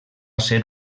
ser